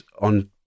on